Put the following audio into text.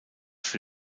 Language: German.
für